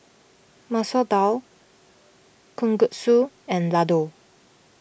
Masoor Dal Kalguksu and Ladoo